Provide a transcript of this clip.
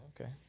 Okay